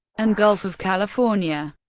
and gulf of california.